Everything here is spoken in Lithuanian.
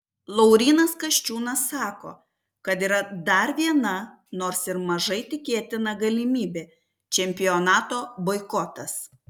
laurynas kasčiūnas sako kad yra dar viena nors ir mažai tikėtina galimybė čempionato boikotas